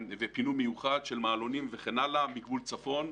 ופינוי מיוחד של מעלונים וכן הלאה מגבול צפון,